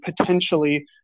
potentially